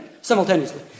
simultaneously